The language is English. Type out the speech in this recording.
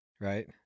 right